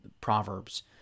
Proverbs